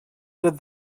did